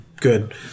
good